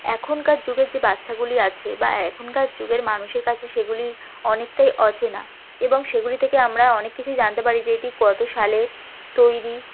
এখনকার যুগের যে বাচ্চাগুলি আছে বা এখনকার যুগের মানুষের কাছে সেগুলি অনেকটাই অচেনা এবং সেগুলি থেকে আমরা অনেক কিছু জানতে পারি যে এটি কত সালের তৈরি